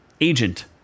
agent